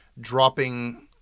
dropping